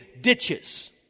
ditches